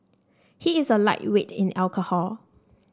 he is a lightweight in alcohol